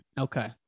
Okay